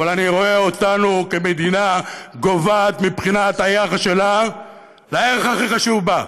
אבל אני רואה אותנו כמדינה גוועת מבחינת היחס שלה לערך הכי חשוב בה,